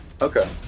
Okay